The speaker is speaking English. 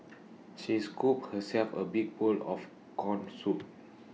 she is scooped herself A big bowl of Corn Soup